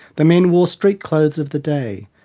the men wore street clothes of the day.